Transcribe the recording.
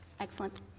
Excellent